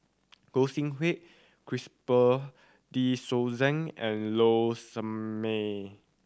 Gog Sing Hooi Christopher De Souza and Low Sanmay